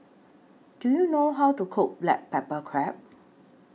Do YOU know How to Cook Black Pepper Crab